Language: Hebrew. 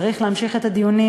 צריך להמשיך את הדיונים,